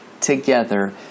together